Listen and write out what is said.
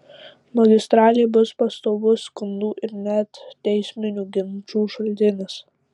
magistralė bus pastovus skundų ir net teisminių ginčų šaltinis